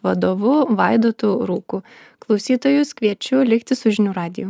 vadovu vaidotu rūku klausytojus kviečiu likti su žinių radiju